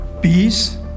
peace